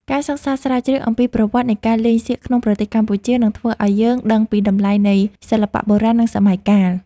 ការសិក្សាស្រាវជ្រាវអំពីប្រវត្តិនៃការលេងសៀកក្នុងប្រទេសកម្ពុជានឹងធ្វើឱ្យយើងដឹងពីតម្លៃនៃសិល្បៈបុរាណ និង សម័យកាល។